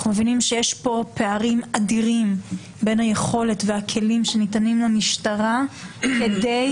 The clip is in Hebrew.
אנחנו מבינים שיש פה פערים אדירים בין היכולת והכלים שניתנים למשטרה כדי